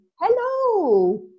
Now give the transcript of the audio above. Hello